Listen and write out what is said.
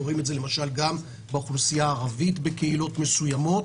אנחנו רואים את זה למשל גם באוכלוסייה הערבית בקהילות מסוימות.